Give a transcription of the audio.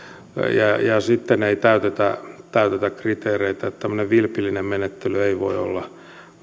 ja sitten ei täytetä täytetä kriteereitä tämmöinen vilpillinen menettely ei voi olla